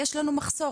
יש לנו מחסור,